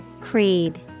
Creed